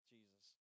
Jesus